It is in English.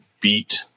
beat